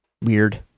weird